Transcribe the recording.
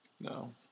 No